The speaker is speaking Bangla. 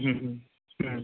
হুম হুম হুম